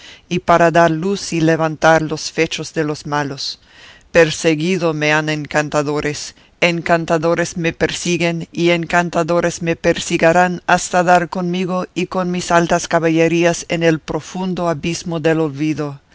y para dar luz y levantar los fechos de los malos perseguido me han encantadores encantadores me persiguen y encantadores me persiguirán hasta dar conmigo y con mis altas caballerías en el profundo abismo del olvido